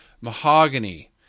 mahogany